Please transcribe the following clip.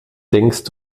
denkst